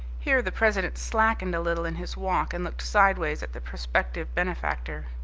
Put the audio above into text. here the president slackened a little in his walk and looked sideways at the prospective benefactor.